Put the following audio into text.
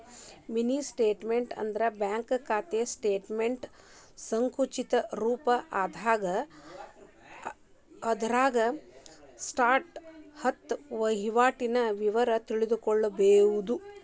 mini statement ಅಂದ್ರ bank ಖಾತೆ ಸ್ಟೇಟಮೆಂಟ್ನ ಸಂಕುಚಿತ ರೂಪ ಅದರಾಗ ಲಾಸ್ಟ ಹತ್ತ ವಹಿವಾಟಿನ ವಿವರ ತಿಳ್ಕೋಬೋದು